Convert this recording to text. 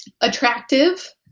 attractive